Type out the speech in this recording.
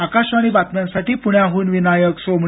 आकाशवाणी बातम्यांसाठी प्ण्याहून विनायक सोमणी